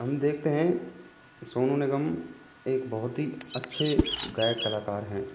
हम देखते हैं सोनू निगम एक बहुत ही अच्छे गायक कलाकार हैं